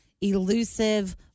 elusive